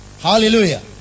Hallelujah